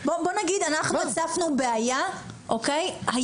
בוא נגיד שאנחנו הצפנו בעיה היום,